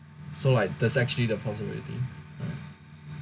so like there's actually the possibility right